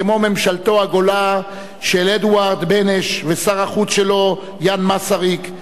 כמו ממשלתו הגולה של אדוארד בנש ושר החוץ שלו יאן מסריק,